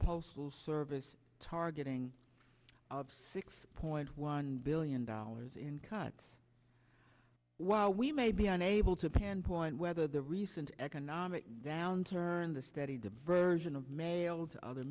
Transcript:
postal service targeting of six point one billion dollars in cuts while we may be unable to pan point whether the recent economic downturn the steady diversion of mail to other